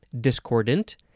discordant